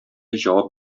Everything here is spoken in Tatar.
җавап